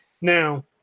Now